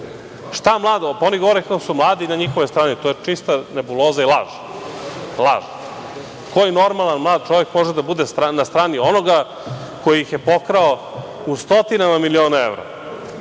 Šta mlado? Pa, oni govore kako su mladi… to je čista nebuloza i laž. Koji normalan i mlad čovek može da bude na strani onoga koji ih je pokrao u stotinama miliona evra